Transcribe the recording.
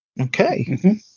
Okay